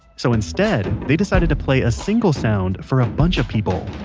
so instead, they decided to play a single sound for a bunch of people,